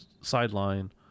sideline